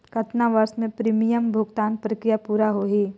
कतना वर्ष मे प्रीमियम भुगतान प्रक्रिया पूरा होही?